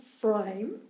frame